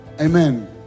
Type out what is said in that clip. Amen